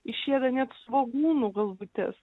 išėda net svogūnų galvutes